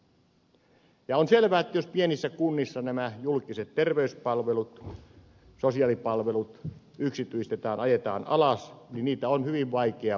ja on selvää että jos pienissä kunnissa nämä julkiset terveyspalvelut sosiaalipalvelut yksityistetään ajetaan alas niin niitä on hyvin vaikea uudelleen enää käynnistää